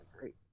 great